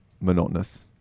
monotonous